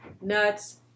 nuts